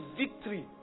victory